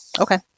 Okay